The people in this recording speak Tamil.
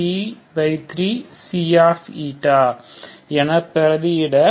Cஎன பிரதியிட